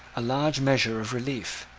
a large measure of relief.